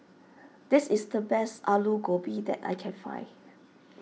this is the best Alu Gobi that I can find